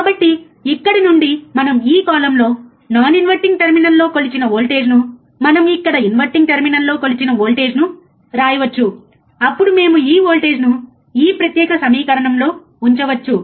కాబట్టి ఇక్కడ నుండి మనం ఈ కాలమ్లో నాన్ ఇన్వర్టింగ్ టెర్మినల్లో కొలిచిన వోల్టేజ్ను మనం ఇక్కడ ఇన్వర్టింగ్ టెర్మినల్లో కొలిచిన వోల్టేజ్ను వ్రాయవచ్చు అప్పుడు మేము ఈ వోల్టేజ్ను ఈ ప్రత్యేక సమీకరణంలో ఉంచవచ్చు